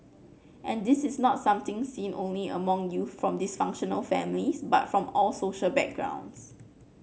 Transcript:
and this is not something seen only among youth from dysfunctional families but from all social backgrounds